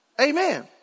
Amen